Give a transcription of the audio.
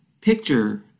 picture